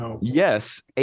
Yes